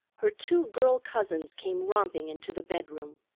her two girl cousins came romping into the bedroom.